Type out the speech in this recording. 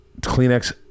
Kleenex